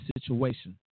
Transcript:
situation